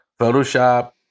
Photoshop